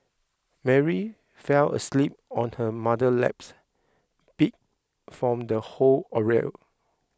Mary fell asleep on her mother laps beat from the whole ordeal